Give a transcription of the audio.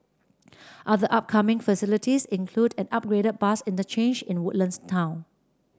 other upcoming facilities include an upgraded bus interchange in Woodlands town